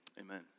Amen